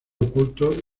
oculto